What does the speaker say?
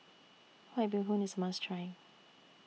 White Bee Hoon IS A must Try